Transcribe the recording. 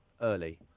early